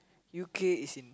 U_K is in